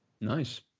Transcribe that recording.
Nice